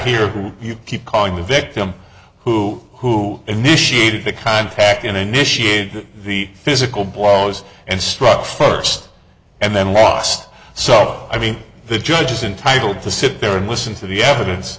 here who you keep calling the victim who initiated the contact and initiated the physical blows and struck first and then last so i mean the judge is entitle to sit there and listen to the evidence